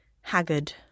haggard